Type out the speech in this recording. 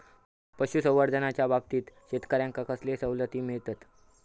पशुसंवर्धनाच्याबाबतीत शेतकऱ्यांका कसले सवलती मिळतत?